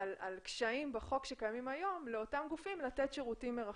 קשיים בחוק שקיימים היום לאותם גופים לתת שירותים מרחוק.